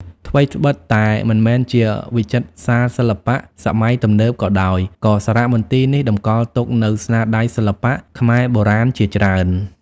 ថ្វីត្បិតតែមិនមែនជាវិចិត្រសាលសិល្បៈសម័យទំនើបក៏ដោយ ក៏សារមន្ទីរនេះតម្កល់ទុកនូវស្នាដៃសិល្បៈខ្មែរបុរាណជាច្រើន។